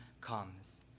comes